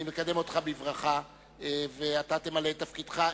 אני מקדם אותך בברכה ואתה תמלא את תפקידך,